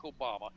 Obama